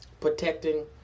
protecting